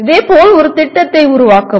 இதேபோல் ஒரு திட்டத்தை உருவாக்கவும்